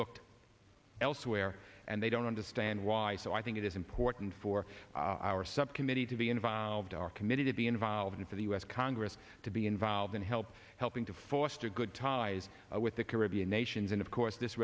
looked elsewhere and they don't understand why so i think it is important for our subcommittee to be involved are committed to be involved and for the u s congress to be involved and help helping to foster good ties with the caribbean nations and of course this